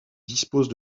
dispose